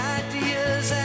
ideas